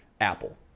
Apple